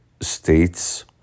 states